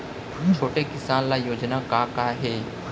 छोटे किसान ल योजना का का हे?